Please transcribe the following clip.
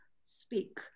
speak